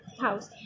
house